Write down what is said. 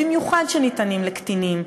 במיוחד שניתנים לקטינים,